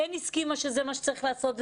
כן הסכימה שזה מה שצריך לעשות,